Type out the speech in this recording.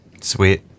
Sweet